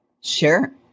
Sure